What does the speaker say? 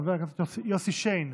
חבר הכנסת יוסי שיין,